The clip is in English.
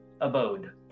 abode